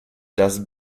das